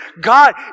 God